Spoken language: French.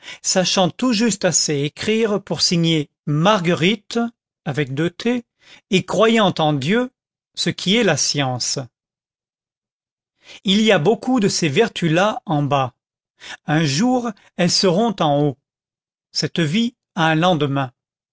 sachant tout juste assez écrire pour signer margueritte et croyant en dieu ce qui est la science il y a beaucoup de ces vertus là en bas un jour elles seront en haut cette vie a un lendemain